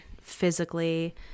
physically